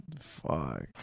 Fuck